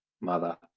mother